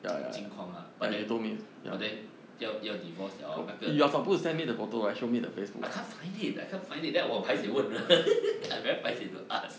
金矿 lah but then but then 要要 divorce liao orh I can't find it I can't find it that then 我 paiseh 问人 I very paiseh to ask